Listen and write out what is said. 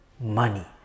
money